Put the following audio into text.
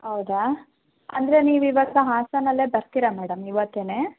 ಹೌದಾ ಅಂದರೆ ನೀವು ಇವಾಗ ಹಾಸನದಲ್ಲೇ ಬರ್ತೀರಾ ಮೇಡಮ್ ಇವತ್ತೆನೇ